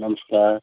नमस्कार